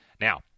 Now